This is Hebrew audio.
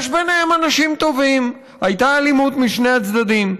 יש ביניהם אנשים טובים, הייתה אלימות משני הצדדים.